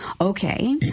Okay